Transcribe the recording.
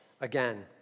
again